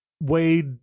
Wade